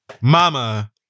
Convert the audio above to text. Mama